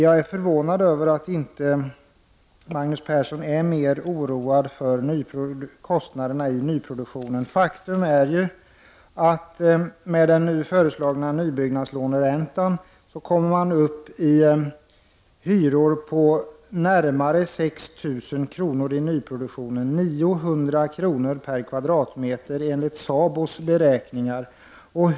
Det förvånar mig att Magnus Persson inte är mer oroad över kostnaderna i nyproduktionen. Med den nu föreslagna nybyggnadslåneräntan kommer faktiskt hyrorna i nyproduktionen att uppgå till närmare 6 000 kr. för en normalstor lägenhet. Kostnaden blir 900 kr. per kvadratmeter enligt SABOs beräkningar.